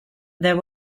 there